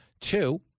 Two